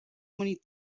many